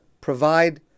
provide